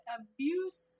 abuse